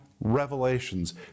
revelations